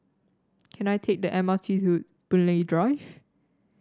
can I take the M R T to Boon Lay Drive